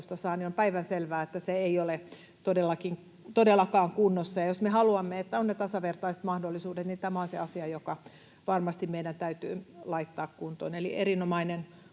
on päivänselvää, että se ei ole todellakaan kunnossa. Jos me haluamme, että on ne tasavertaiset mahdollisuudet, niin tämä on se asia, joka varmasti meidän täytyy laittaa kuntoon. Eli erinomainen